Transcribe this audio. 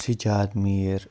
Sajjad Mir